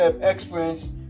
experience